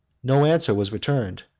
no answer was returned,